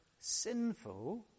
sinful